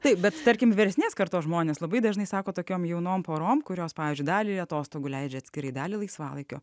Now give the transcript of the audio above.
taip bet tarkim vyresnės kartos žmonės labai dažnai sako tokiom jaunom porom kurios pavyzdžiui dalį atostogų leidžia atskirai dalį laisvalaikio